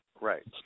Right